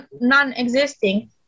non-existing